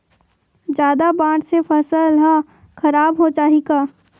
जादा बाढ़ से फसल ह खराब हो जाहि का?